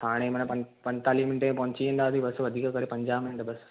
थाणे में आहे त पंजतालीहें मिंटे में पहुची वेंदासीं बसि वधीक करे पंजाह मिंट बसि